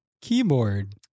keyboard